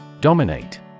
Dominate